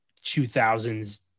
2000s